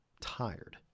tired